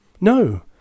No